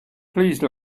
please